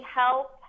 help